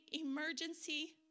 emergency